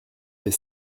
des